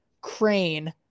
crane